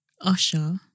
Usher